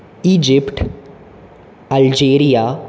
Egypt Algeria